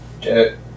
get